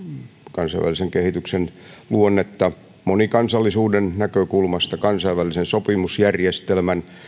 kansainvälisen kehityksen luonnetta monikansallisuuden näkökulmasta kansainvälisen sopimusjärjestelmän